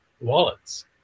wallets